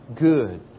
good